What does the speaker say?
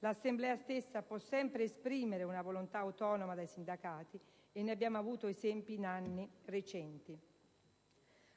l'assemblea stessa può sempre esprimere una volontà autonoma dai sindacati (e ne abbiamo avuto esempi in anni recenti).